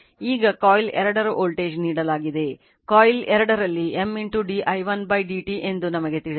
ಈಗ ಕಾಯಿಲ್ 2 ನ ವೋಲ್ಟೇಜ್ ನೀಡಲಾಗಿದೆ ಕಾಯಿಲ್ 2 ನಲ್ಲಿ M d i1 d t ಎಂದು ನಮಗೆ ತಿಳಿದಿದೆ